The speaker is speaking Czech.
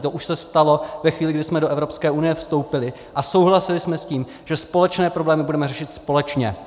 To už se stalo ve chvíli, kdy jsme do Evropské unie vstoupili a souhlasili jsme s tím, že společné problémy budeme řešit společně.